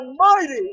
Almighty